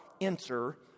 enter